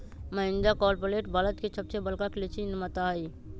Mahindra corporate Bharat के सबसे बड़का कृषि निर्माता हई